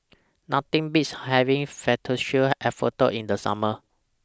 Nothing Beats having Fettuccine Alfredo in The Summer